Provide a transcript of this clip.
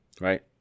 right